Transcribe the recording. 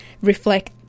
reflect